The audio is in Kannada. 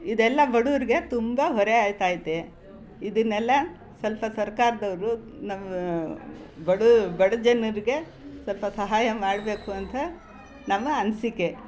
ಇದೆಲ್ಲ ಬಡವರ್ಗೆ ತುಂಬ ಹೊರೆ ಆಯ್ತ ಐತೆ ಇದನ್ನೆಲ್ಲ ಸ್ವಲ್ಪ ಸರ್ಕಾರದವ್ರು ಬಡ ಬಡ ಜನರಿಗೆ ಸ್ವಲ್ಪ ಸಹಾಯ ಮಾಡಬೇಕು ಅಂತ ನಮ್ಮ ಅನಿಸಿಕೆ